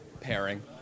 pairing